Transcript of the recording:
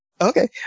Okay